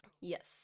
yes